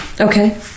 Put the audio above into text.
Okay